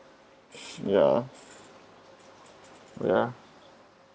ya ya